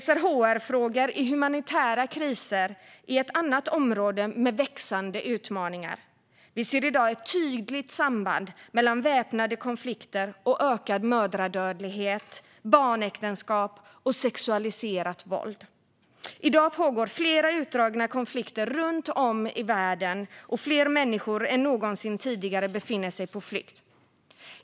SRHR-frågor i humanitära kriser är ett annat område med växande utmaningar. Vi ser i dag ett tydligt samband mellan väpnade konflikter och ökad mödradödlighet, barnäktenskap och sexualiserat våld. I dag pågår flera utdragna konflikter runt om i världen, och fler människor än någonsin tidigare befinner sig på flykt.